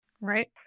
Right